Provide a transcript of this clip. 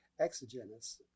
exogenous